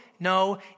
No